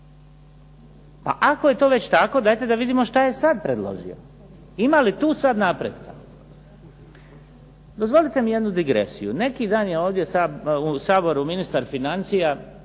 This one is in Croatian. A ako je to već tako dajte da vidimo što je sad predložio, ima li tu sad napretka. Dozvolite mi jednu digresiju. Neki dan je ovdje u Saboru ministar financija